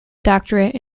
doctorate